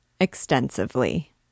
extensively